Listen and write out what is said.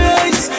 eyes